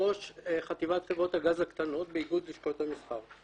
יושב-ראש חטיבת חברות הגז הקטנות באיגוד לשכות המסחר.